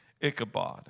Ichabod